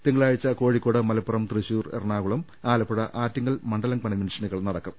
തിങ്കളാഴ്ച കോഴിക്കോട് മലപ്പുറം തൃശൂർ എറണാകുളം ആലപ്പുഴ ആറ്റിങ്ങൽ മണ്ഡലം കൺവെൻഷനുകൾ നടക്കും